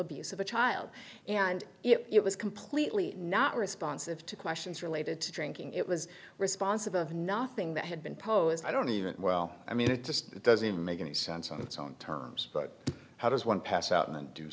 abuse of a child and it was completely not responsive to questions related to drinking it was responsive of nothing that had been posed i don't even well i mean it just doesn't make any sense on its own terms but how does one pass out and do